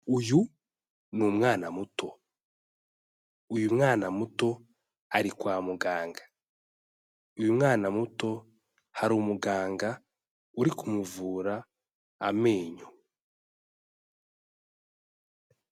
Uyu ni umwana muto; uyu mwana muto ari kwa muganga. Uyu mwana muto, hari umuganga uri kumuvura amenyo.